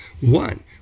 One